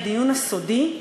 הדיון הסודי,